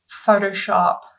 Photoshop